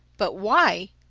but why,